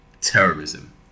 terrorism